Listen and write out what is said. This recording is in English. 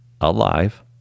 alive